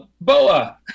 Boa